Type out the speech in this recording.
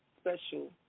special